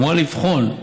אמורה לבחון,